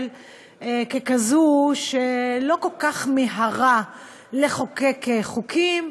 ככזאת שלא כל כך מיהרה לחוקק חוקים,